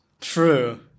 True